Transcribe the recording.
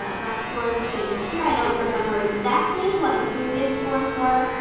ah my scores changed here i don't remember exactly what the previous scores were,